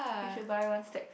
you should buy one stack